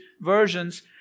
versions